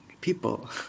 people